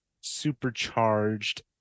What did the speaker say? supercharged